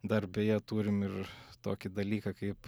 dar beje turim ir tokį dalyką kaip